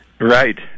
Right